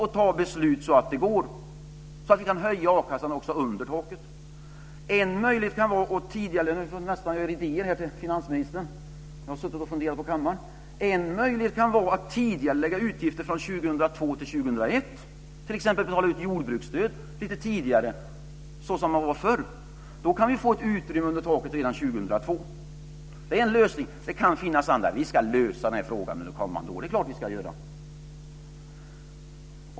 Det går att fatta beslut så att vi kan höja a-kassan också under taket. Nu kommer jag nästan med idéer här till finansministern. Jag har suttit och funderat på kammaren. En möjlighet kan vara att tidigarelägga utgifter från 2002 till 2001, t.ex. att betala ut jordbruksstöd lite tidigare såsom det var förr. Då kan vi få utrymme under taket redan år 2002. Det är en lösning, och det kan finnas andra. Det är klart att vi ska lösa den frågan under kommande år.